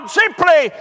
simply